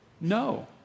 No